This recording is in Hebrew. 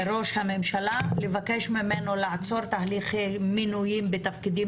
הממשלה לבקש ממנו לעצור תהליכי מינויים בתפקידים